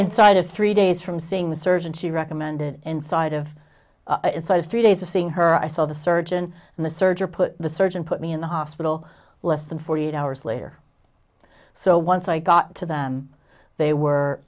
inside of three days from seeing the surgeon she recommended inside of three days of seeing her i saw the surgeon and the surgery put the surgeon put me in the hospital less than forty eight hours later so once i got to them they were